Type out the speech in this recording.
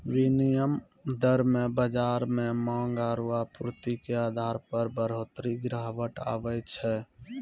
विनिमय दर मे बाजार मे मांग आरू आपूर्ति के आधार पर बढ़ोतरी गिरावट आवै छै